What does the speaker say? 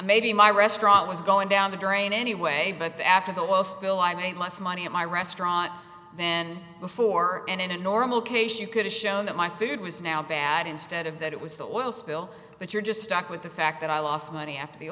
maybe my restaurant was going down the drain anyway but after the oil spill i made less money at my restaurant then before and in a normal case you could have shown that my food was now bad instead of that it was the oil spill but you're just stuck with the fact that i lost money